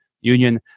Union